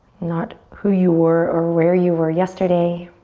not who you were or where you were yesterday.